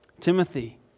Timothy